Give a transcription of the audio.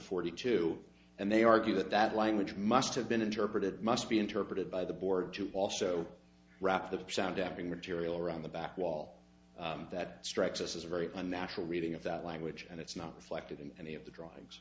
forty two and they argue that that language must have been interpreted must be interpreted by the board to also wrap the sound dampening material around the back wall that strikes us as a very unnatural reading of that language and it's not reflected in any of the drawings